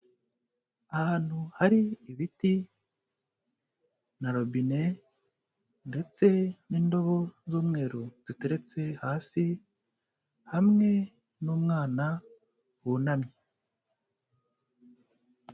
Ahantu hari ibiti na robine ndetse n'indobo z'umweru ziteretse hasi, hamwe n'umwana wunamye.